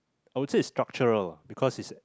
I would say it's structural because it's